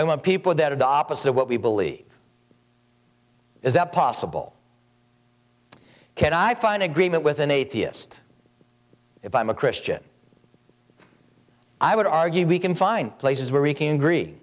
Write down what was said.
among people that had opposite what we believe is that possible can i find agreement with an atheist if i am a christian i would argue we can find places where we can agree